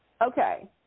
Okay